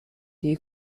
you